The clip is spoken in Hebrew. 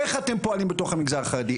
איך אתם פועלים בתוך המגזר החרדי?